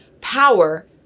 power